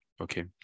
okay